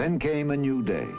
then came a new day